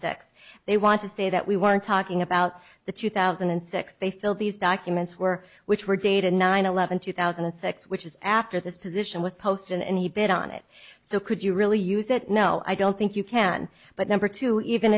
six they want to say that we weren't talking about the two thousand and six they fill these documents were which were dated nine eleven two thousand and six which is after this position was posted and he bid on it so could you really use it no i don't think you can but number two even